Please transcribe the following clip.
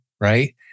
right